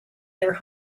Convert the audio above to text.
their